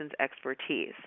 expertise